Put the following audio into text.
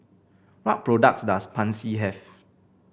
what products does Pansy have